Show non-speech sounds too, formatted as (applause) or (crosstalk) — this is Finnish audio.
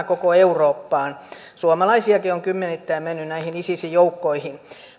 (unintelligible) koko eurooppaan ja suomalaisiakin on kymmenittäin mennyt näihin isisin joukkoihin